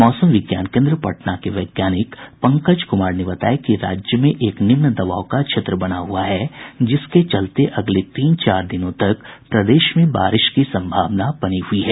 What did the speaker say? मौसम विज्ञान केन्द्र पटना के वैज्ञानिक पंकज कुमार ने बताया कि राज्य में एक निम्न दबाव का क्षेत्र बना हुआ है जिसके चलते अगले तीन चार दिनों तक प्रदेश में बारिश की संभावना बनी हुई है